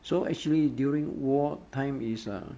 so actually during war time is ah